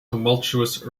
tumultuous